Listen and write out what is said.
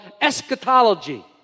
eschatology